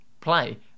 play